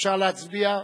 אפשר להצביע?